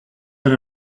that